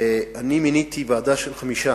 אני מיניתי ועדה של חמישה